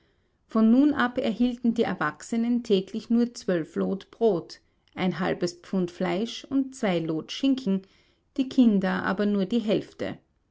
von nun ab erhielten die erwachsenen täglich nur zwölf lot brot ein halbes pfund fleisch und zwei lot schinken die kinder aber nur die hälfte